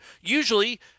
Usually